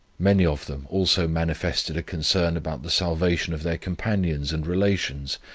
many of them also manifested a concern about the salvation of their companions and relations,